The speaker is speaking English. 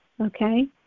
Okay